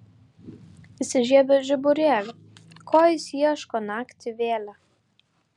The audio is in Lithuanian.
įsižiebęs žiburėlį ko jis ieško naktį vėlią